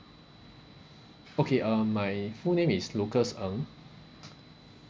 okay uh my full name is lucas ng